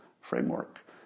framework